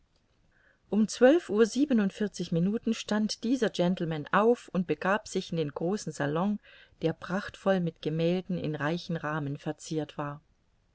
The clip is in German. um zwölf uhr siebenundvierzig minuten stand die ser gentleman auf und begab sich in den großen salon der prachtvoll mit gemälden in reichen rahmen verziert war